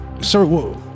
sir